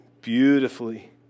beautifully